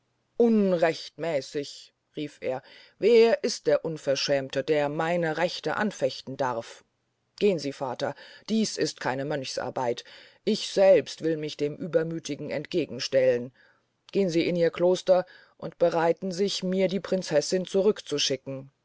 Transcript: unrechtmäßig rief er wer ist der unverschämte der meine rechte anfechten darf gehn sie vater dies ist keine mönchsarbeit ich selbst will mich dem uebermüthigen entgegen stellen gehn sie in ihr kloster und bereiten sich mir die prinzessin zurück